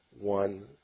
one